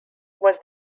was